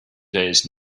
days